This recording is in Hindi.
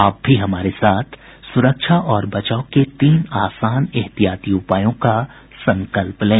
आप भी हमारे साथ सुरक्षा और बचाव के तीन आसान एहतियाती उपायों का संकल्प लें